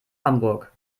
hamburg